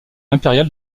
impérial